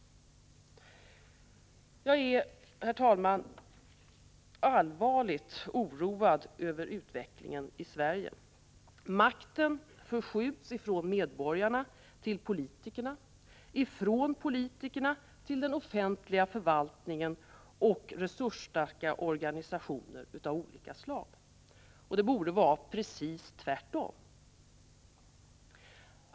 Jag är, herr talman, allvarligt oroad över utvecklingen i Sverige. Makten förskjuts från medborgarna till politikerna, från politikerna till den offentliga förvaltningen och resursstarka organisationer av olika slag. Det borde vara precis tvärtom.